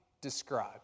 describe